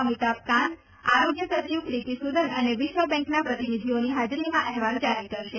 અમિતાભ કાંત આરોગ્ય સચિવ પ્રીતિ સૂદન અને વિશ્વ બેંકના પ્રતિનિધીઓની હાજરીમાં અહેવાલ જારી કરશે